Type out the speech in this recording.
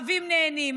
הערבים נהנים,